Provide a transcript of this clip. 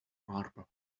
marble